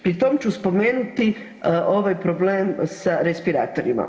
Pri tom ću spomenuti ovaj problem sa respiratorima.